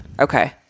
Okay